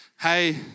hey